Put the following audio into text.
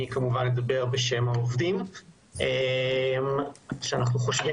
אני כמובן אדבר בשם העובדים שאנחנו חושבים